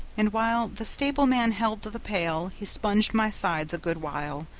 and while the stable-man held the pail, he sponged my sides a good while,